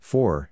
Four